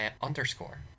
underscore